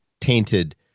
tainted